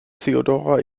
theodora